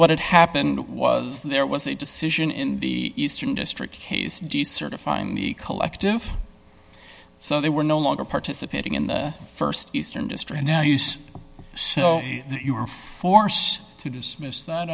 what had happened was there was a decision in the eastern district case decertifying the collective so they were no longer participating in the st eastern district now use so you were forced to dismiss that